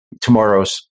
tomorrow's